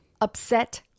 upset